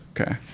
Okay